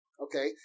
Okay